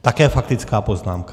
Také faktická poznámka.